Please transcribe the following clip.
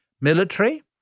military